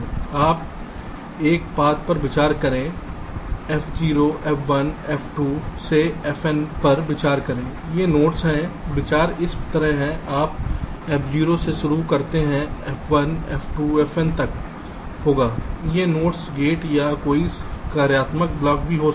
आप एक पथ पर विचार करें f0 f1 f2 fn पर विचार करें ये नोड्स हैं विचार इस तरह है आप f0 से शुरू करते हैं f1 f2 fn तक होगा ये नोड्स गेट या कोई कार्यात्मक ब्लॉक भी हो सकते हैं